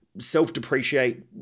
self-depreciate